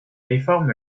réforme